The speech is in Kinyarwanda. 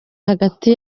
hagati